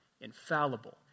infallible